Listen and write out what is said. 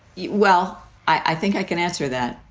yeah well, i think i can answer that.